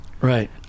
Right